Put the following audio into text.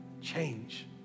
change